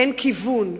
אין כיוון,